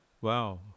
Wow